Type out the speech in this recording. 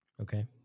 Okay